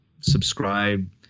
subscribe